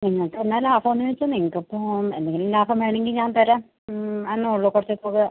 നിങ്ങൾക്ക് എന്നാ ലാഭമെന്ന് ചോദിച്ചാൽ നിങ്ങൾക്ക് അപ്പം എന്തെങ്കിലും ലാഭം വേണമെങ്കിൽ ഞാൻ തരാം മ്മ് എന്നുള്ളൂ കുറച്ചു കൂടുതൽ